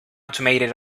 automated